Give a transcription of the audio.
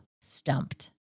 stumped